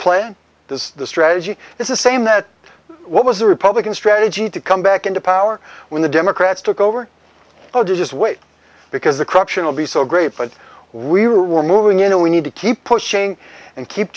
plan this is the strategy this is same that what was the republican strategy to come back into power when the democrats took over oh just wait because the corruption will be so great but we were moving in and we need to keep pushing and keep